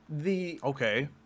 Okay